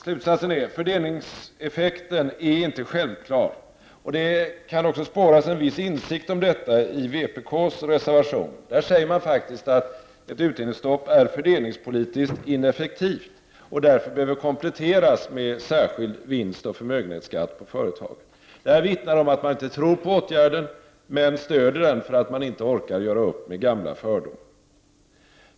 Slutsatsen blir att fördelningseffekten inte är självklar. Det kan också spåras en viss insikt om detta i vpk:s reservation. Där sägs faktiskt att ett utdelningsstopp är fördelningspolitiskt ineffektivt och att det därför behöver kompletteras med en särskild vinstoch förmögenhetsskatt på företag. Detta vittnar om att man inte tror på åtgärden, men stöder den därför att man inte orkar göra upp med gamla fördomar.